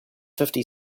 fifty